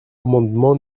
amendement